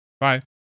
Bye